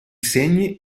segni